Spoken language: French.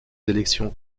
élections